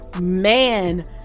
man